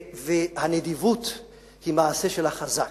הנדיבות היא מעשה של החזק,